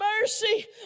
mercy